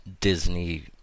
Disney